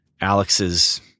Alex's